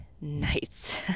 nights